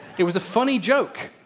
it was a funny joke,